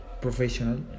professional